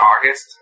August